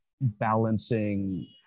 balancing